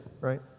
right